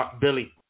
Billy